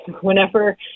whenever